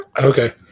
Okay